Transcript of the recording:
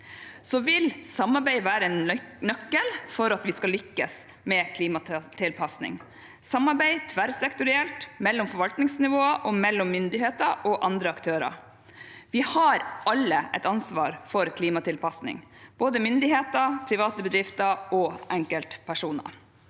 Så vil samarbeid være en nøkkel for at vi skal lykkes med klimatilpasning – tverrsektorielt samarbeid mellom forvaltningsnivåer og mellom myndigheter og andre aktører. Vi har alle et ansvar for klimatilpasning, både myndigheter, private bedrifter og enkeltpersoner.